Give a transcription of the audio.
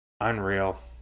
Unreal